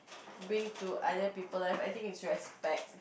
bring to other people life I think is respect